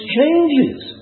changes